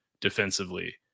defensively